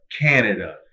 Canada